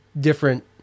different